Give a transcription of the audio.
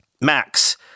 Max